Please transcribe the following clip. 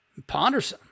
pondersome